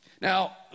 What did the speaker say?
Now